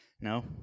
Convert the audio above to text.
No